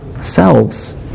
selves